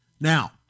Now